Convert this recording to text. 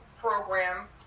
program